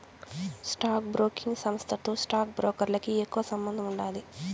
stock broking సంస్థతో stock బ్రోకర్లకి ఎక్కువ సంబందముండాది